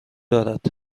دارد